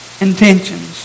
intentions